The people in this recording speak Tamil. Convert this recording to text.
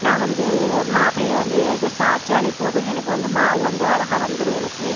நான் வந்து மா அப்படி வந்து இதை சாச்சாலே போதும் எனக்கு வந்து மாவு வந்து அழஹா வந்துரும் எனக்கு